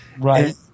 Right